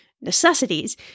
necessities